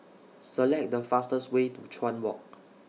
Select The fastest Way to Chuan Walk